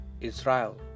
Israel